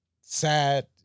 sad